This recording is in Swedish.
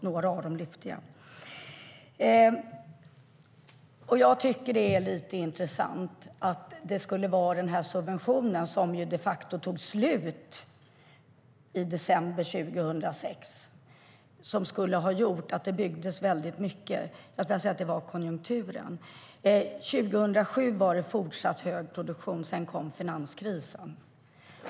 Jag lyfte fram några av dem. Det är lite intressant att subventionen, som de facto tog slut i december 2006, skulle ha varit anledning till att det byggdes mycket. Jag skulle vilja säga att det var konjunkturen. År 2007 var det fortsatt hög produktion. Sedan kom finanskrisen.